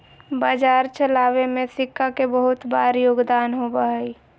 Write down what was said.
बाजार चलावे में सिक्का के बहुत बार योगदान होबा हई